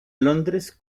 londres